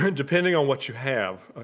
and depending on what you have ah